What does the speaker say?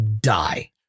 die